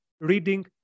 reading